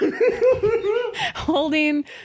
holding